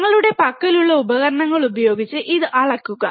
ഞങ്ങളുടെ പക്കലുള്ള ഉപകരണങ്ങൾ ഉപയോഗിച്ച് ഇത് അളക്കുക